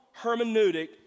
hermeneutic